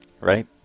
right